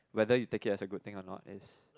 whether you take it as a good thing or not is